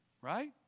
Right